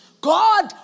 God